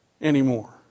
anymore